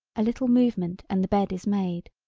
a little movement and the bed is made.